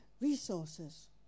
resources